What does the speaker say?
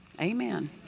Amen